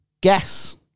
Guess